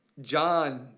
John